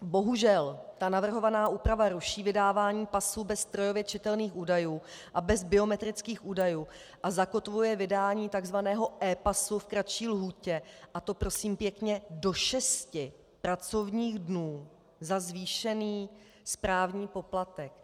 Bohužel navrhovaná úprava ruší vydávání pasů bez strojově čitelných údajů a bez biometrických údajů a zakotvuje vydání tzv. epasu v kratší lhůtě, a to prosím pěkně do šesti pracovních dnů za zvýšený správní poplatek.